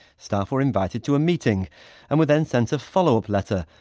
staff were invited to a meeting and were then sent a follow-up letter,